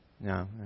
No